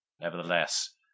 Nevertheless